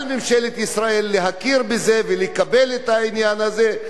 על ממשלת ישראל להכיר בזה ולקבל את העניין הזה,